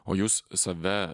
o jūs save